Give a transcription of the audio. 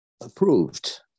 approved